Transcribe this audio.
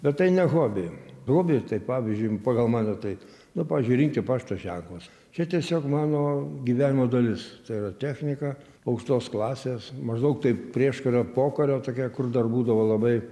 bet tai ne hobi hobi tai pavyzdžiui pagal mano tai nu pavyzdžiui rinkti pašto ženklus čia tiesiog mano gyvenimo dalis tai yra technika aukštos klasės maždaug taip prieškario pokario tokia kur dar būdavo labai